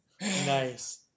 Nice